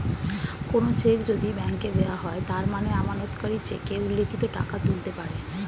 কোনো চেক যদি ব্যাংকে দেওয়া হয় তার মানে আমানতকারী চেকে উল্লিখিত টাকা তুলতে পারে